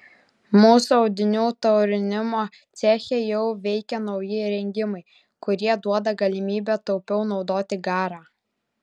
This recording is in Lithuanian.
mūsų audinių taurinimo ceche jau veikia nauji įrengimai kurie duoda galimybę taupiau naudoti garą